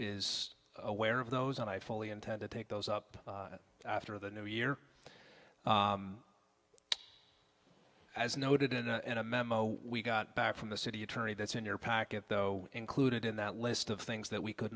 is aware of those and i fully intend to take those up after the new year as noted in a memo we got back from the city attorney that's in your packet though included in that list of things that we could